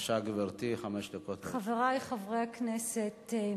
חברי חברי הכנסת,